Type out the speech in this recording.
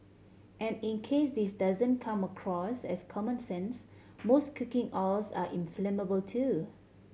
and in case this doesn't come across as common sense most cooking oils are inflammable too